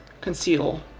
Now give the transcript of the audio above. conceal